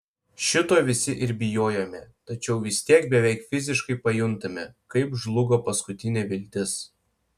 šito visi ir bijojome tačiau vis tiek beveik fiziškai pajuntame kaip žlugo paskutinė viltis